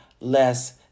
less